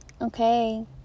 okay